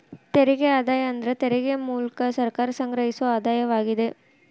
ತೆರಿಗೆ ಆದಾಯ ಅಂದ್ರ ತೆರಿಗೆ ಮೂಲ್ಕ ಸರ್ಕಾರ ಸಂಗ್ರಹಿಸೊ ಆದಾಯವಾಗಿದೆ